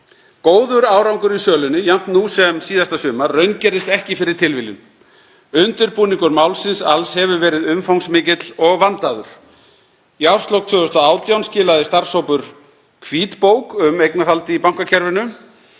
Góður árangur í sölunni, jafnt nú sem síðasta sumar, raungerðist ekki fyrir tilviljun. Undirbúningur málsins alls hefur verið umfangsmikill og vandaður. Í árslok 2018 skilaði starfshópur hvítbók um eignarhald í bankakerfinu.